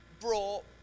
brought